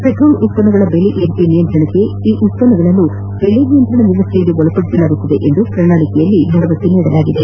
petrol ಉತ್ಪನ್ನಗಳ ದೆಲೆ ಏರಿಕೆ ನಿಯಂತ್ರಿಸಲು ಈ ಉತ್ಪನ್ನಗಳನ್ನು ದೆಲೆ ನಿಯಂತ್ರಣ ವ್ಯವಸ್ಥೆಯಡಿ ಒಳಪಡಿಸಲಾಗುವುದು ಎಂದು ಪ್ರಣಾಳಿಕೆಯಲ್ಲಿ ಭರವಸೆ ನೀಡಿದರು